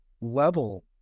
level